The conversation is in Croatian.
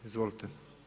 Izvolite.